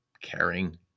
Caring